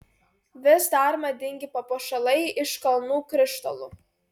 vis dar madingi papuošalai iš kalnų krištolų